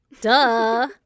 Duh